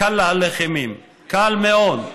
קל להלך אימים, קל מאוד,